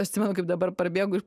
atsimenu kaip dabar parbėgu iš